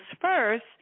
first